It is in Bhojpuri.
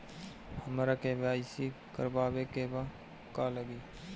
हमरा के.वाइ.सी करबाबे के बा का का लागि?